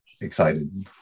excited